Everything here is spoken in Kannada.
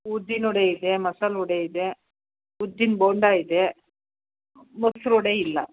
ಉದ್ದಿನ ವಡೆ ಇದೆ ಮಸಾಲೆ ವಡೆ ಇದೆ ಉದ್ದಿನ ಬೋಂಡಾ ಇದೆ ಮೊಸ್ರು ವಡೆ ಇಲ್ಲ